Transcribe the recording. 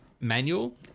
Manual